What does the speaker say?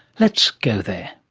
let's go there.